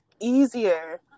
easier